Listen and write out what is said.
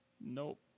Nope